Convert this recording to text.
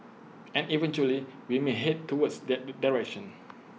and eventually we may Head towards that direction